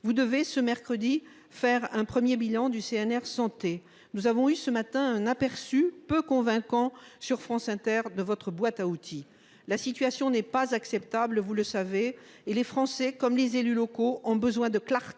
Vous devez ce mercredi faire un 1er bilan du CNR santé. Nous avons eu ce matin un aperçu peu convaincant sur France Inter de votre boîte à outils. La situation n'est pas acceptable, vous le savez et les Français comme les élus locaux ont besoin de clarté